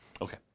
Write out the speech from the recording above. Okay